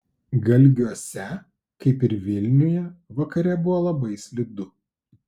galgiuose kaip ir vilniuje vakare buvo labai slidu